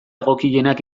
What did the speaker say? egokienak